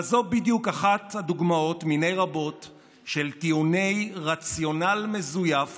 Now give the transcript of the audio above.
אבל זו בדיוק אחת הדוגמאות מני רבות של טיעוני רציונל מזויף